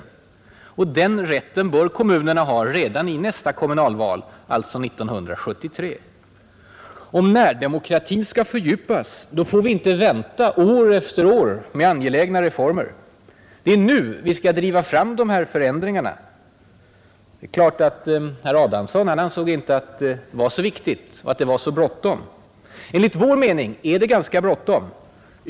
Den rätten bör kommunerna ha redan i nästa kommunalval, dvs. år 1973. Om närdemokratin skall kunna fördjupas får vi inte vänta år efter år med angelägna reformer. Det är nu vi skall driva fram de här förändringarna. Herr Adamsson ansåg inte att det var så viktigt och så bråttom. Enligt vår mening är det bråttom.